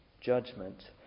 judgment